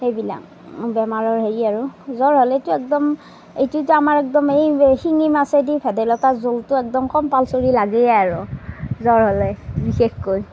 সেইবিলাক বেমাৰৰ সেই আৰু জ্বৰ হ'লেতো একদম এইটোতো আমাৰ একদম শিঙি মাছেদি ভেদাইলতা জোলটো একদম কম্পালছৰি লাগেই আৰু জ্বৰ হ'লে বিশেষকৈ